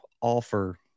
offer